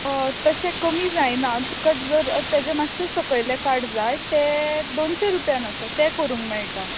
तशें कमी जायना तुका जर तेचेंमातशें सकयल्लें कार्ड जाय तें दोनशें रुपयान आसा तें करूंक मेळटा